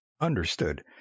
Understood